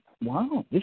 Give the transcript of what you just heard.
Wow